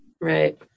Right